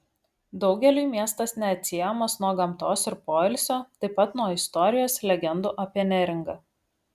daugeliui miestas neatsiejamas nuo gamtos ir poilsio taip pat nuo istorijos legendų apie neringą